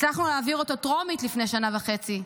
הצלחנו להעביר אותו בטרומית לפני שנה וחצי,